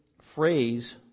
phrase